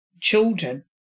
children